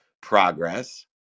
progress